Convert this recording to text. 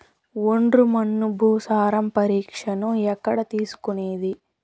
ఒండ్రు మన్ను భూసారం పరీక్షను ఎక్కడ చేసుకునేది?